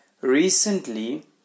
Recently